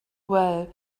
well